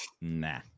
Nah